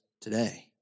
today